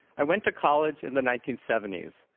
i went to college in the nineteen seventy s.